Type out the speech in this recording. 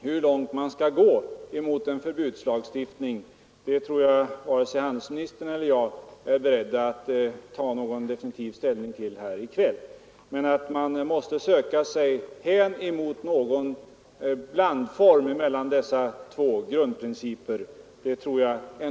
Hur långt man skall gå mot en förbudslagstiftning tror jag att vare sig handelsministern eller jag är beredd att ta någon definitiv ställning till i kväll, men jag vågar säga att man måste söka sig hän mot någon blandform mellan dessa två grundprinciper.